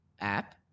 app